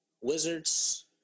Wizards